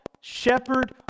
shepherd